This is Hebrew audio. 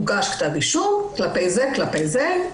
הוגש כתב אישום כלפי זה וכלפי זה,